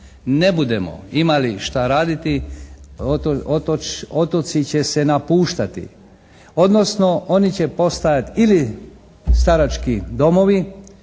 ne budemo imali šta raditi otoci će se napuštati. Odnosno oni će postajati ili starački domovi